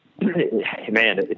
man